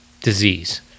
disease